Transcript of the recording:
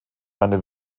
eine